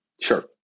Sure